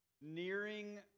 nearing